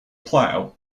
plough